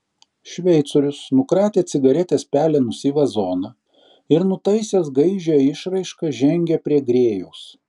šveicorius nukratė cigaretės pelenus į vazoną ir nutaisęs gaižią išraišką žengė prie grėjaus